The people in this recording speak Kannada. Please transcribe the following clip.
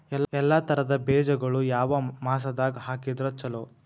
ಎಲ್ಲಾ ತರದ ಬೇಜಗೊಳು ಯಾವ ಮಾಸದಾಗ್ ಹಾಕಿದ್ರ ಛಲೋ?